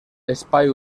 espai